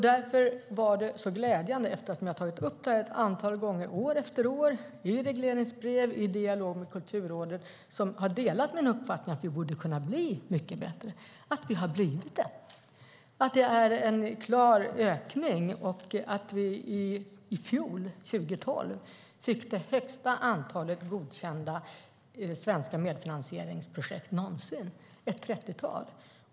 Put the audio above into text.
Därför var det så glädjande - eftersom jag har tagit upp detta ett antal gånger, år efter år, i regleringsbrev och i dialog med Kulturrådet, som har delat min uppfattning att vi borde kunna bli mycket bättre - att vi har blivit bättre. Det är en klar ökning, och i fjol, 2012, fick vi det högsta antalet godkända svenska medfinansieringsprojekt någonsin, ett 30-tal.